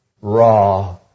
raw